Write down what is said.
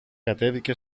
κατέβηκε